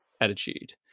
attitude